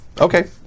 Okay